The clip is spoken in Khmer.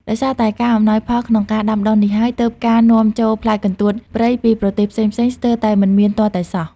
ដោយសារតែការអំណោយផលក្នុងការដាំដុះនេះហើយ ទើបការនាំចូលផ្លែកន្ទួតព្រៃពីប្រទេសផ្សេងៗស្ទើរតែមិនមានទាល់តែសោះ។